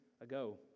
ago